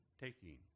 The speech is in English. taking